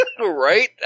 Right